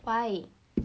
why